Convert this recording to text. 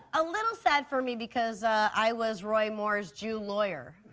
a little sad for me because i was roy moore's jew lawyer.